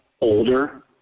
older